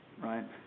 Right